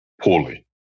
poorly